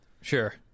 Sure